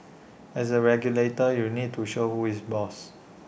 as A regulator you need to show who is boss